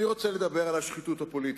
אני רוצה לדבר על השחיתות הפוליטית,